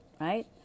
right